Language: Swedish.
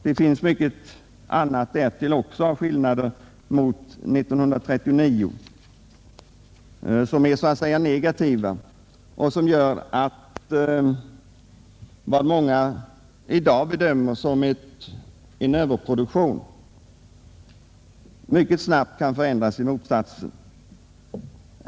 Det finns därtill många andra skillnader av negativt slag i förhållande till 1939, som gör att vad många i dag bedömer som överproduktion mycket snabbt kan förändras till dess motsats.